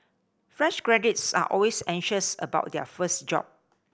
fresh graduates are always anxious about their first job